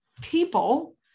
people